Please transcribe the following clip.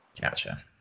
Gotcha